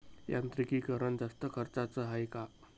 यांत्रिकीकरण जास्त खर्चाचं हाये का?